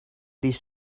these